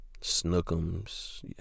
Snookums